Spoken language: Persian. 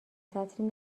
سطری